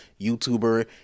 youtuber